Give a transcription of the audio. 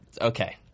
Okay